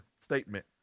statement